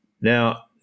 Now